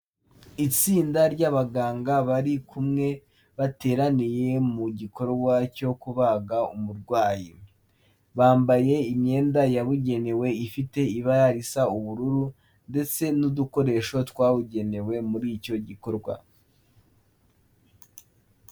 Itsinda ry'abaganga bari kumwe bateraniye mu gikorwa cyo kubaga umurwayi. Bambaye imyenda yabugenewe ifite ibara risa ubururu ndetse n'udukoresho twabugenewe muri icyo gikorwa.